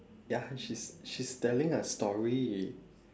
ya she's she's telling a story